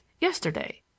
yesterday